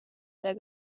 der